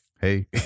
Hey